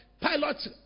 pilot